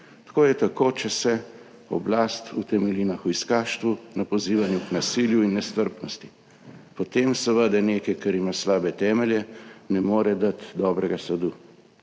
To je tako, če se oblast utemelji na hujskaštvu, na pozivanju k nasilju in nestrpnosti. Potem seveda nekaj, kar ima slabe temelje, ne more dati dobrega sadu.